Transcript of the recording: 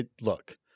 Look